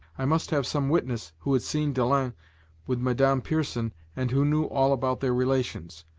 i must have some witness who had seen dalens with madame pierson and who knew all about their relations.